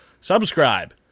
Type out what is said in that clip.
subscribe